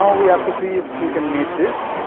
um we have to see if we can make this.